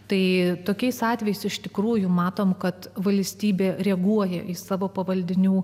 tai tokiais atvejais iš tikrųjų matome kad valstybė reaguoja į savo pavaldinių